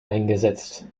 eingesetzt